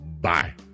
Bye